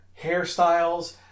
hairstyles